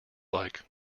like